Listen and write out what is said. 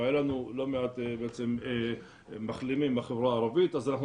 והיה לנו לא מעט מחלימים בחברה הערבית אז אנחנו